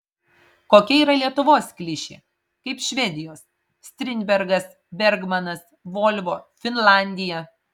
kokia yra lietuvos klišė kaip švedijos strindbergas bergmanas volvo finlandija